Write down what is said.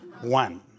One